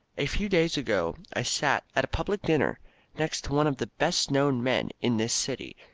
a few days ago i sat at a public dinner next to one of the best-known men in this city,